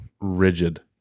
rigid